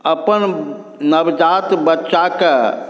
अपन नवजात बच्चाके